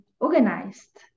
organized